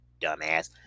dumbass